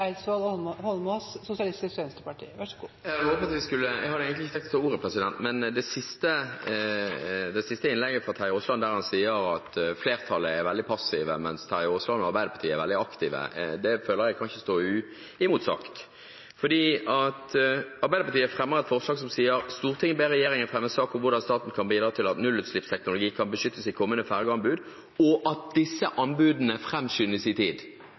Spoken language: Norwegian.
Jeg hadde egentlig ikke tenkt å ta ordet, men det siste innlegget fra Terje Aasland, der han sier at flertallet er veldig passive, mens Terje Aasland og Arbeiderpartiet er veldig aktive, føler jeg ikke kan stå uimotsagt. Arbeiderpartiet og Senterpartiet fremmer et forslag som sier: «Stortinget ber regjeringen fremme sak om hvordan staten kan bidra til at nullutslippsteknologi kan beskyttes i kommende fergeanbud, og at disse anbudene fremskyndes i tid.»